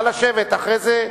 רבותי,